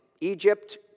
Egypt